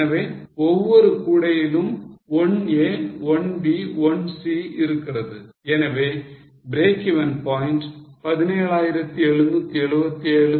எனவே ஒவ்வொரு கூடையிலும் 1 a 1 b 1 c இருக்கிறது எனவே breakeven point 17777